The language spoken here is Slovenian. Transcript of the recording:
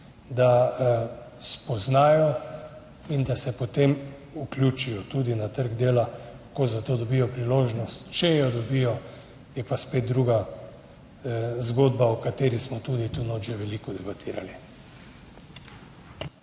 da spoznajo in da se potem vključijo tudi na trg dela, ko za to dobijo priložnost. Če jo dobijo, je pa spet druga zgodba, o kateri smo tudi tu notri že veliko debatirali.